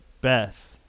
Beth